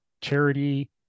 charity